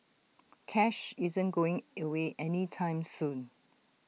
cash isn't going away any time soon